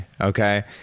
Okay